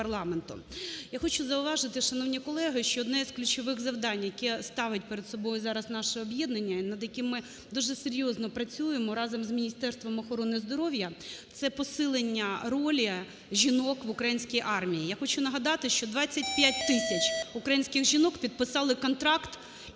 Я хочу зауважити, шановні колеги, що одне із ключових завдань, яке ставить перед собою зараз наше об'єднання, і над яким ми дуже серйозно працюємо разом з Міністерством охорони здоров'я, – це посилення ролі жінок в українській армії. Я хочу нагадати, що 25 тисяч українських жінок підписали контракт